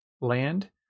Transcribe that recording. land